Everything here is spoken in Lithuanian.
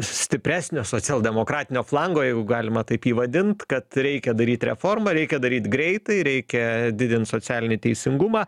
stipresnio socialdemokratinio flango jeigu galima taip jį vadint kad reikia daryti reformą reikia daryt greitai reikia didint socialinį teisingumą